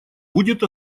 будет